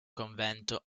convento